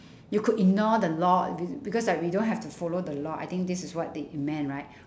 you could ignore the law be~ because like we don't have to follow the law I think this is what they meant right